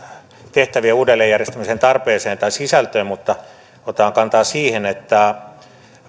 tehtävien uudelleenjärjestämisen tarpeeseen tai sisältöön mutta otan kantaa siihen että